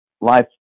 life